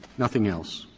nothing else?